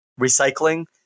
recycling